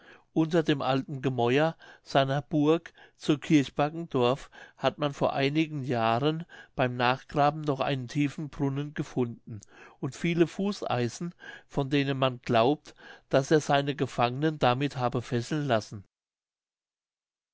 unter dem alten gemäuer seiner burg zu kirch baggendorf hat man vor einigen jahren beim nachgraben noch einen tiefen brunnen gefunden und viele fußeisen von denen man glaubt daß er seine gefangenen damit habe fesseln lassen